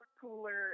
cooler